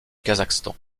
kazakhstan